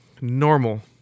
normal